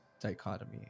dichotomy